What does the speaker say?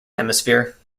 hemisphere